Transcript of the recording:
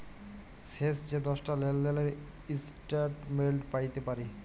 শেষ যে দশটা লেলদেলের ইস্ট্যাটমেল্ট প্যাইতে পারি